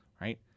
right